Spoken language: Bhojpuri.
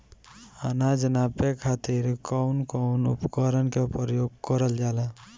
अनाज नापे खातीर कउन कउन उपकरण के प्रयोग कइल जाला?